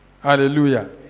Hallelujah